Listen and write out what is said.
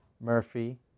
murphy